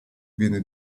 viene